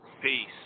Peace